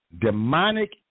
Demonic